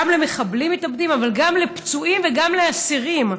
גם למחבלים מתאבדים אבל גם לפצועים וגם לאסירים.